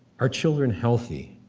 are children healthy?